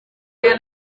iyo